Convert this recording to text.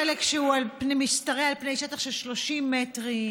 חלק שמשתרע על פני שטח של 30 מטרים.